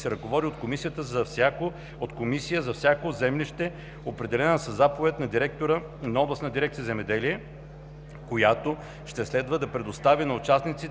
се ръководи от комисия за всяко землище, определена със заповед на директора на областната дирекция „Земеделие“, която ще следва да предостави на участниците